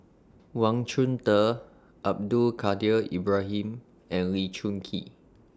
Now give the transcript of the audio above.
Wang Chunde Abdul Kadir Ibrahim and Lee Choon Kee